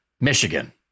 Michigan